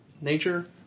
nature